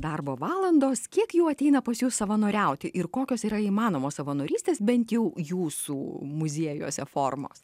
darbo valandos kiek jų ateina pas jus savanoriauti ir kokios yra įmanomos savanorystės bent jau jūsų muziejuose formos